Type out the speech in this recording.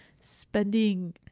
spending